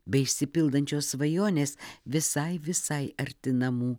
bei išsipildančios svajonės visai visai arti namų